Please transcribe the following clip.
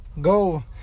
go